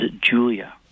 Julia